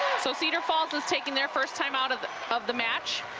so cedar falls is taking their first time-out of the of the match